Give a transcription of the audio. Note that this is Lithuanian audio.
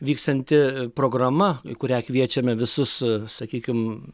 vyksianti programa kurią kviečiame visus sakykim